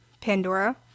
Pandora